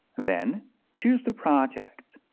then choose the project.